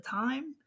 time